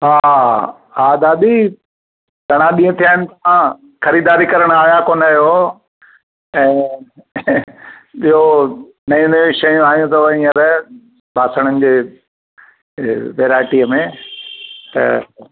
हा हा दादी घणा ॾींहं थिया आहिनि तव्हां ख़रीदारी करण आया कोन आहियो ऐं ॿियो नयूं नयूं शयूं आयूं अथव हींअर बासणनि जे वेराएटीअ में त